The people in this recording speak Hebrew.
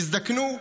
יזדקנו.